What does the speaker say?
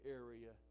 area